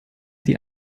die